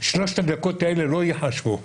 שלושת הדקות האלה לא ייחשבו.